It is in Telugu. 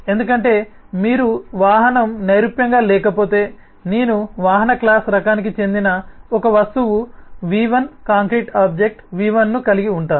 ఎందుకంటే మీరు వాహనం నైరూప్యంగా లేకపోతే నేను వాహనక్లాస్ రకానికి చెందిన ఒక వస్తువు v1 కాంక్రీట్ ఆబ్జెక్ట్ v1 ను కలిగి ఉంటాను